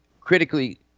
critically